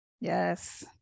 Yes